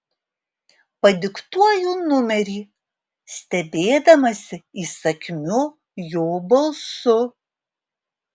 padiktuoju numerį stebėdamasi įsakmiu jo balsu